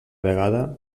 vegada